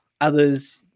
others